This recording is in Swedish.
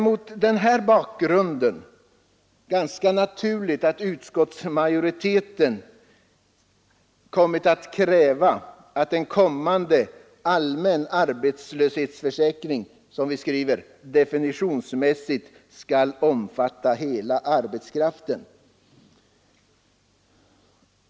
Mot den här bakgrunden har det varit naturligt för utskottsmajoriteten att också kräva att en kommande allmän arbetslöshetsförsäkring, såsom vi skriver, definitionsmässigt skall omfatta hela arbetskraften.